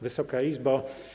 Wysoka Izbo!